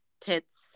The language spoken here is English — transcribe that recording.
tits